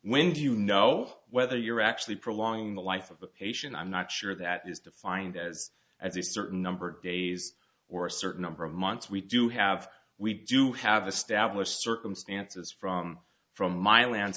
d you know whether you're actually prolong the life of the patient i'm not sure that is defined as as a certain number of days or a certain number of months we do have we do have established circumstances from from milan